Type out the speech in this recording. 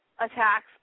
Attacks